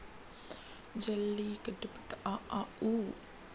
जल्लीकट्टू खेल ल तमिलनाडु के गउरव अउ संस्कृति के परतीक केहे जाथे